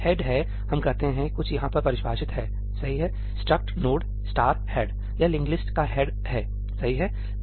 head है हम कहते हैं कुछ यहाँ पर परिभाषित है सही है 'struct node head' यह लिंक्ड लिस्ट का हेड है सही है